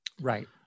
right